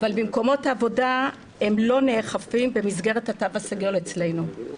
אבל במקומות העבודה הם לא נאכפים במסגרת התו הסגול אצלנו.